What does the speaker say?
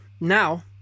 Now